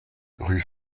rue